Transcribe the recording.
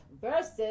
versus